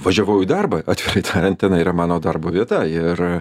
važiavau į darbą atvirai tariant tenai yra mano darbo vieta ir